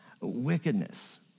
wickedness